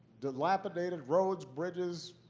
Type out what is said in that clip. dilapidated roads, bridges,